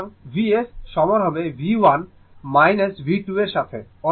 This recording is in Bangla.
সুতরাং Vs সমান হবে V1 V2 এর সাথে